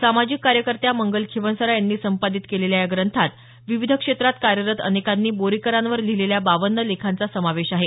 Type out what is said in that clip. सामाजिक कार्यकर्त्या मंगल खिंवसरा यांनी संपादित केलेल्या या ग्रंथात विविध क्षेत्रात कार्यरत अनेकांनी बोरीकरांवर लिहिलेल्या बावन्न लेखांचा समावेश आहे